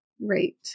Right